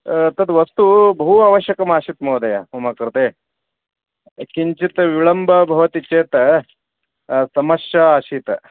तद् वस्तु बहु आवश्यकमासीत् महोदय मम कृते किञ्चित् विलम्बं भवति चेत् समस्या आसीत्